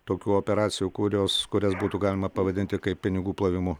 tokių operacijų kurios kurias būtų galima pavadinti kaip pinigų plovimu